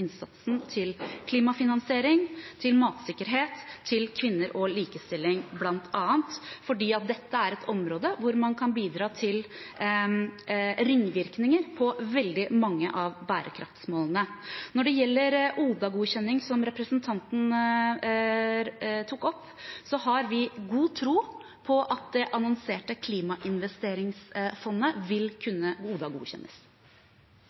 innsatsen til klimafinansiering, til matsikkerhet, til kvinner og likestilling bl.a., fordi dette er områder hvor man kan bidra til ringvirkninger på veldig mange av bærekraftsmålene. Når det gjelder ODA-godkjenning, som representanten tok opp, har vi god tro på at det annonserte klimainvesteringsfondet vil